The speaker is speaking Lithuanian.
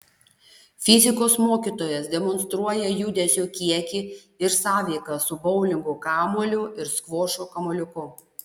fizikos mokytojas demonstruoja judesio kiekį ir sąveiką su boulingo kamuoliu ir skvošo kamuoliuku